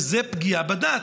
וזו פגיעה בדת,